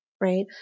Right